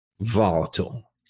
volatile